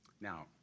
Now